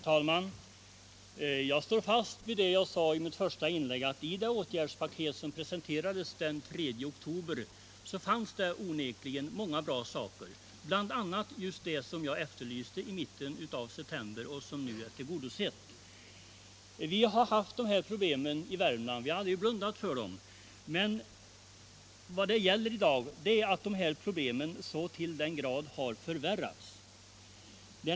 Herr talman! Jag står fast vid vad jag sade i mitt första inlägg: I det åtgärdspaket som presenterades den 3 oktober fanns onekligen många bra saker, bl.a. just de åtgärder jag efterlyste i mitten av september. Nr 7 De önskemålen är nu tillgodosedda. Vi har länge haft dessa problem i Värmland. Vi har aldrig blundat för dem. Men i dag har problemen i mycket hög grad förvärrats.